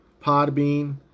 Podbean